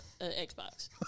Xbox